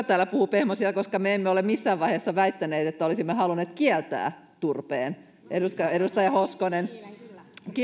kuka täällä puhuu pehmoisia koska me emme ole missään vaiheessa väittäneet että olisimme halunneet kieltää turpeen edustaja edustaja hoskonen